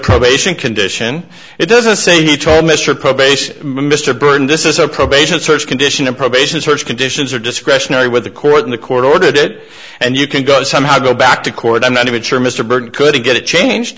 probation condition it doesn't say he told mr probation mr burton this is a probation search condition of probation search conditions are discretionary with the court and the court ordered it and you can go somehow go back to court i'm not even sure mr burton couldn't get it changed